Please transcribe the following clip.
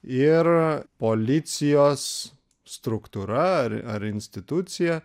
ir policijos struktūra ar ar institucija